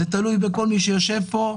זה תלוי בכל מי שיושב פה,